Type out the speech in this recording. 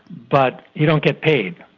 but you don't get paid.